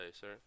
sir